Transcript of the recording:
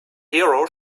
hero